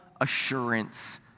assurance